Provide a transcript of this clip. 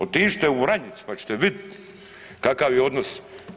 Otiđite u Vranjic pa ćete vidit kakav je odnos.